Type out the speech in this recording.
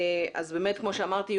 אז באמת כמו שאמרתי,